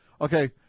Okay